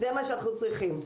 זה מה שאנחנו צריכים.